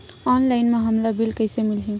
Online म हमला bill कइसे मिलही?